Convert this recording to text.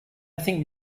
think